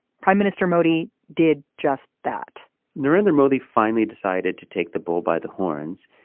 prime minister modi did just that narendra modi finally decided to take the bull by the horns.